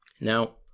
Now